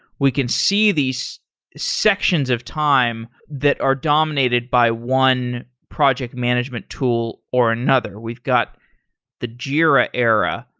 we can see these sections of time that are dominated by one project management tool or another. we've got the jira era,